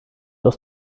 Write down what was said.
aus